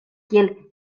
kiel